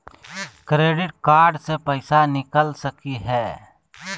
Credit card से पैसा निकल सकी हय?